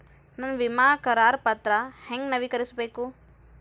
ನನ್ನ ವಿಮಾ ಕರಾರ ಪತ್ರಾ ಹೆಂಗ್ ನವೇಕರಿಸಬೇಕು?